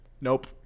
Nope